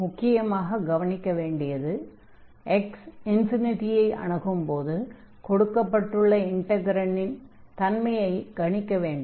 முக்கியமாக கவனிக்க வேண்டியது x ∞ ஐ அணுகும்போது கொடுக்கப்பட்டுள்ள இன்டக்ரன்டின் தன்மையைக் கணிக்க வேண்டும்